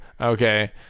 okay